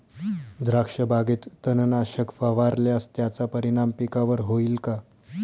द्राक्षबागेत तणनाशक फवारल्यास त्याचा परिणाम पिकावर होईल का?